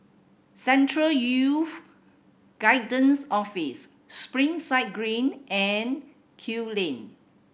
Central Youth Guidance Office Springside Green and Kew Lane